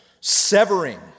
severing